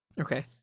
Okay